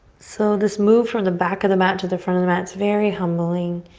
so this move from the back of the mat to the front of the mat, it's very humbling.